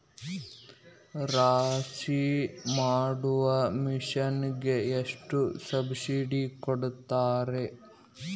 ರಾಶಿ ಮಾಡು ಮಿಷನ್ ಗೆ ಎಷ್ಟು ಸಬ್ಸಿಡಿ ಕೊಡ್ತಾರೆ?